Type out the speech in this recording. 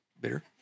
bitter